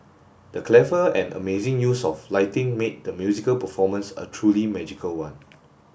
the clever and amazing use of lighting made the musical performance a truly magical one